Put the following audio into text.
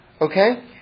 Okay